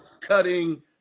cutting